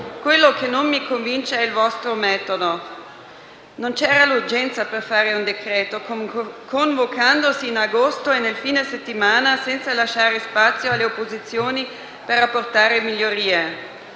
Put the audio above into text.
Quello che non mi convince è il vostro metodo. Non c'era l'urgenza per fare un decreto-legge, convocandosi in agosto e nel fine settimana, senza lasciare spazio alle opposizioni per apportare migliorie.